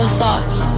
thoughts